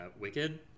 Wicked